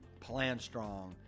PLANSTRONG